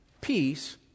peace